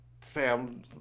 Sam